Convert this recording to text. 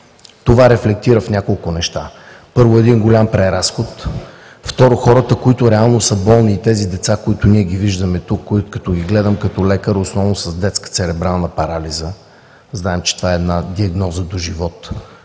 Това рефлектира върху няколко неща. Първо, един голям преразход. Второ, хората, които реално са болни, и тези деца, които ние виждаме тук, като ги гледам като лекар – основно с детска церебрална парализа, знаем, че това е една диагноза до живот,